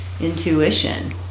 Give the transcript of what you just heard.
intuition